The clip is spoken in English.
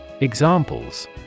Examples